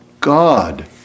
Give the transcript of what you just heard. God